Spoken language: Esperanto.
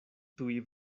tuj